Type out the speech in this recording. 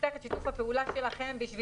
אנחנו נצטרך את שיתוף הפעולה שלכם כדי